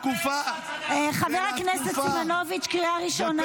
חבר הכנסת דוידסון, קריאה ראשונה.